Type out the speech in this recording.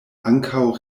ankaŭ